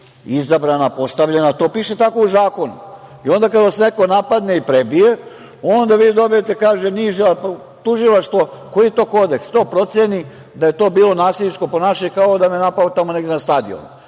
izabrana, postavljena. To piše tako u zakonu. Onda, kada vas neko napadne i prebije, onda vi dobijete, kaže niža Tužilaštvo. Koji je to kodeks što proceni da je to bilo nasilničko ponašanje kao da me je napao tamo negde na stadionu,